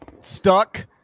stuck